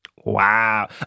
Wow